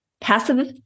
passive